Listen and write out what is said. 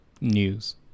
News